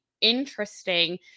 interesting